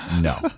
No